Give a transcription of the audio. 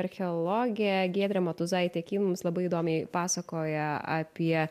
archeologė giedrė motuzaitė kyn mums labai įdomiai pasakoja apie